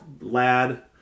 lad